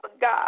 God